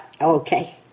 okay